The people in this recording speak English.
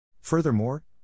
Furthermore